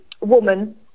woman